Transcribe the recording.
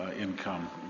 income